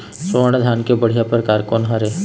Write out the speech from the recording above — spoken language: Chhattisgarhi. स्वर्णा धान के बढ़िया परकार कोन हर ये?